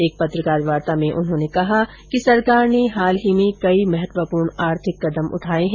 एक पत्रकार वार्ता में उन्होंने कहा कि सरकार ने हाल ही में कई महत्वपूर्ण आर्थिक कदम उठाए है